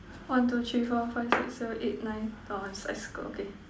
one two three four five six seven eight nine orh I I circle okay